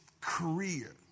career